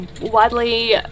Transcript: widely